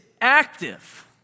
active